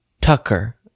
Tucker